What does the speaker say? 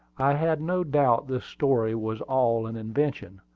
i had no doubt this story was all an invention,